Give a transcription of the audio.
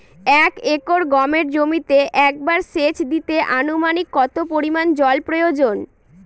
এক একর গমের জমিতে একবার শেচ দিতে অনুমানিক কত পরিমান জল প্রয়োজন?